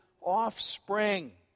offspring